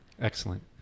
Excellent